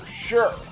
sure